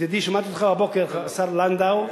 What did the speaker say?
ידידי, שמעתי אותך הבוקר, השר לנדאו,